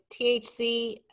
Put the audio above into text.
THC